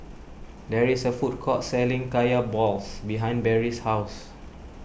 there is a food court selling Kaya Balls behind Barry's house